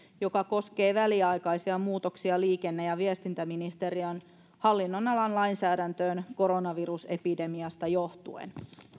joka koskee väliaikaisia muutoksia liikenne ja viestintäministeriön hallinnonalan lainsäädäntöön koronavirusepidemiasta johtuen